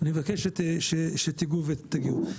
אני מבקש שתיגעו ותגידו.